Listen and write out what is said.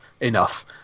enough